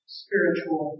spiritual